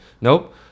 Nope